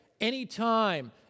Anytime